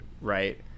right